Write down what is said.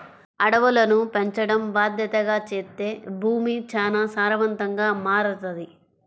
అడవులను పెంచడం బాద్దెతగా చేత్తే భూమి చానా సారవంతంగా మారతది